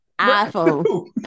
iPhone